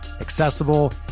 accessible